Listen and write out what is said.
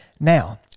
Now